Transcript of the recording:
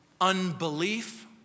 Unbelief